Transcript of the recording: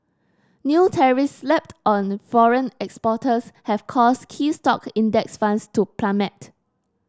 new tariffs slapped on foreign exporters have caused key stock index funds to plummet